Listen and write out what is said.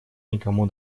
никому